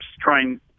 trying